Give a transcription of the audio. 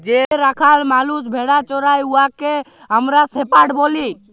যে রাখাল মালুস ভেড়া চরাই উয়াকে আমরা শেপাড় ব্যলি